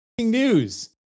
News